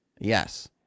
Yes